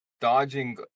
dodging